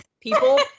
people